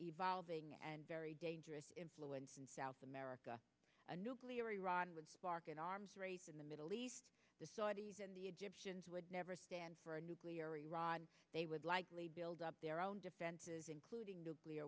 evolving and very dangerous influence in south america a nuclear iran would spark an arms race in the middle east the saudis would never stand for a nuclear iran they would likely build up their own defenses including nuclear